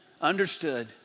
understood